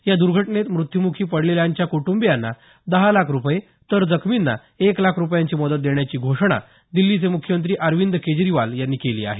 या दुर्घटनेत मृत्यूमुखी पडलेल्यांच्या कुटुंबियांना दहा लाख रुपये तर जखमींना एक लाख रुपयांची मदत देण्याची घोषणा दिल्लीचे मुख्यमंत्री अरविंद केजरीवाल यांनी केली आहे